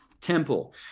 temple